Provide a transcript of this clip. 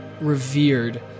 revered